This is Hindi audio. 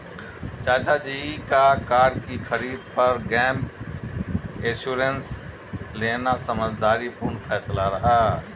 चाचा जी का कार की खरीद पर गैप इंश्योरेंस लेना समझदारी पूर्ण फैसला रहा